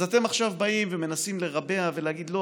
אז אתם עכשיו באים ומנסים לרבע ולהגיד: לא,